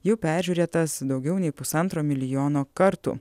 jau peržiūrėtas daugiau nei pusantro milijono kartų